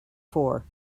four